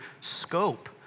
scope